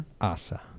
Asa